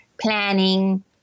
planning